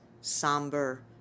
somber